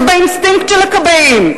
זה באינסטינקט של הכבאים.